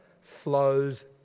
flows